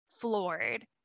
floored